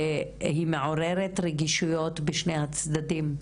והיא מעוררת רגישויות בשני הצדדים,